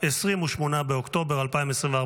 28 באוקטובר 2024,